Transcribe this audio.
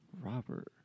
robert